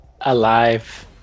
Alive